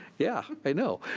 yeah, i know.